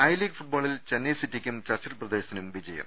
I League ഫുട്ബോളിൽ ചെന്നൈ സിറ്റിക്കും Churchill ബ്രദേഴ്സിനും ജയം